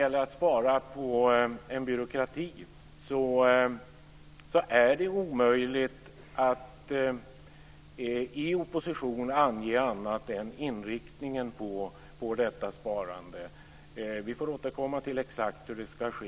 Angående spara in på en byråkrati är det omöjligt att i opposition ange annat än inriktningen på detta sparande. Vi får återkomma till exakt hur det ska ske.